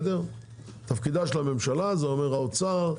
של המשלה כלומר האוצר,